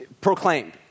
proclaimed